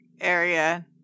area